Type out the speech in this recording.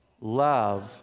Love